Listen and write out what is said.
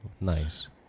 Nice